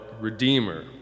redeemer